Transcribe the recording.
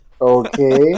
Okay